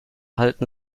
halten